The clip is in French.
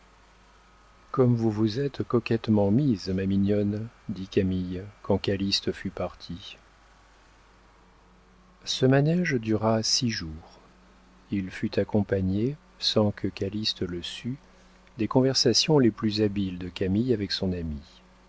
comme vous vous êtes coquettement mise ma mignonne dit camille quand calyste fut parti ce manége dura six jours il fut accompagné sans que calyste le sût des conversations les plus habiles de camille avec son amie